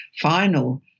final